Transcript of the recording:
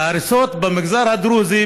ההריסות במגזר הדרוזי,